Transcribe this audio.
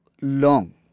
long